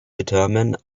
determine